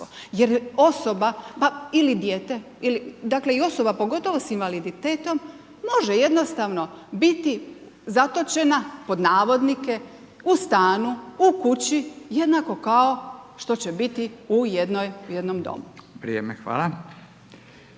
jer osoba ili dijete, dakle i osoba pogotovo s invaliditetom može jednostavno biti zatočena, pod navodnike, u stanu, u kući, jednako kao što će biti u jednom domu. **Radin, Furio